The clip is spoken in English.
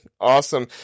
awesome